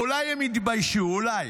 אולי הם יתביישו, אולי.